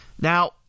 Now